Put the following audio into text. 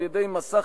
על מסך,